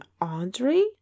audrey